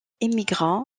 émigra